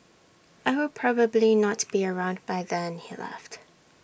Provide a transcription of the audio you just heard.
I will probably not be around by then he laughed